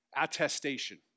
attestation